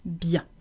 bien